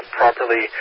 properly